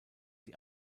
sie